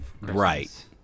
Right